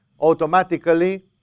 automatically